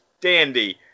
dandy